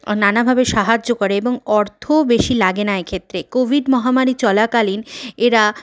নানাভাবে সাহায্য করে এবং অর্থও বেশি লাগে না এক্ষেত্রে কোভিড মহামারি চলাকালীন এরা